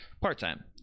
part-time